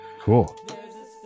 Cool